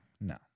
no